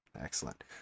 excellent